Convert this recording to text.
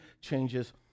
changes